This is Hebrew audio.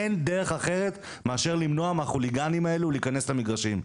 אין דרך אחרת מאשר למנוע מהחוליגנים האלו להיכנס למגרשים,